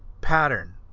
pattern